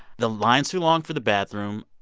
the line's too long for the bathroom.